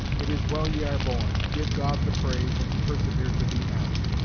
it is well ye are born, give god the praise, and persevere to the end.